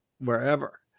wherever